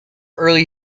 early